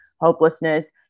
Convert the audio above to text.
hopelessness